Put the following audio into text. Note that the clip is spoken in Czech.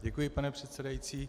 Děkuji, pane předsedající.